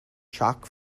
chalk